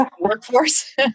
workforce